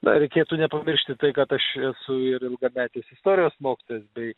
na reikėtų nepamiršti tai kad aš esu ir ilgametis istorijos mokytojas bei